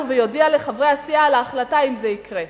ויודיע לחברי הסיעה על ההחלטה אם זה יקרה.